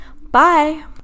Bye